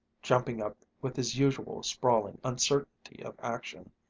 jumping up with his usual sprawling uncertainty of action.